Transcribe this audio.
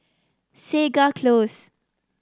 Segar Close